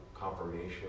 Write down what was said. confirmation